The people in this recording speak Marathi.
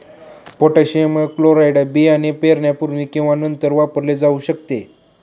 पोटॅशियम क्लोराईड बियाणे पेरण्यापूर्वी किंवा नंतर वापरले जाऊ शकते